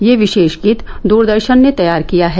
यह विशेष गीत द्रदर्शन ने तैयार किया है